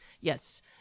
Yes